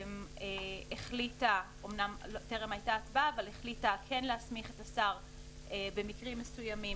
החליטה כן להסמיך את השר במקרים מסוימים,